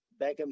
Beckham